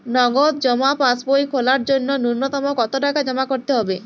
নগদ জমা পাসবই খোলার জন্য নূন্যতম কতো টাকা জমা করতে হবে?